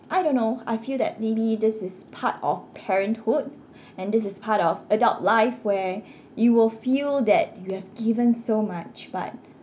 I don't know I feel that maybe this is part of parenthood and this is part of adult life where you will feel that you have given so much but